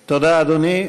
תודה, אדוני.